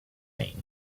saying